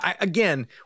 again